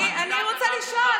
אני רוצה לשאול,